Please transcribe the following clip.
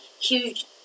huge